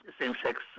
same-sex